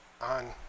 on